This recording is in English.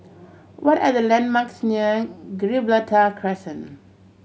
what are the landmarks near Gibraltar Crescent